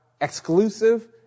exclusive